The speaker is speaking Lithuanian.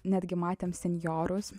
netgi matėm senjorus